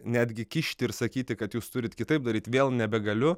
netgi kišti ir sakyti kad jūs turit kitaip daryt vėl nebegaliu